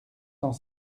cent